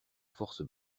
force